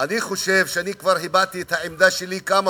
חושב שאני כבר הבעתי את העמדה שלי כמה